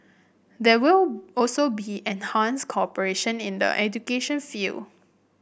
there will also be enhanced cooperation in the education field